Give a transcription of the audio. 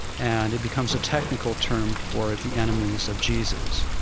and it becomes a technical term for the enemies of jesus.